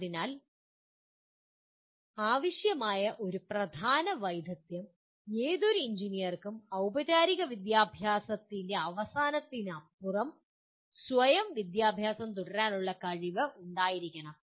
അതിനാൽ ആവശ്യമായ ഒരു പ്രധാന വൈദഗ്ദ്ധ്യം ഏതൊരു എഞ്ചിനീയർക്കും ഔപചാരിക വിദ്യാഭ്യാസത്തിന്റെ അവസാനത്തിനപ്പുറം സ്വയം വിദ്യാഭ്യാസം തുടരാനുള്ള കഴിവ് ഉണ്ടായിരിക്കണം